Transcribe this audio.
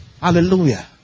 Hallelujah